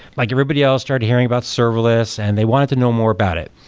like everybody else started hearing about serverless and they wanted to know more about it.